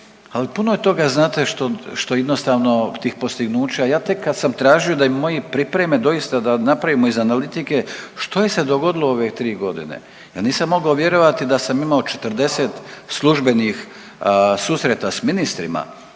Ali puno je toga znate što, što jednostavno tih postignuća, ja tek kad sam tražio da ih moji pripreme, doista da napravimo iz analitike što je se dogodilo u ove tri godine, ja nisam mogao vjerovati da sam imao 40 službenih susreta s ministrima.